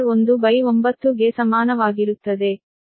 ಆದ್ದರಿಂದ to the power 19 ಗೆ ಸಮಾನವಾಗಿರುತ್ತದೆ